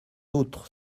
outre